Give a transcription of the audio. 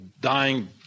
dying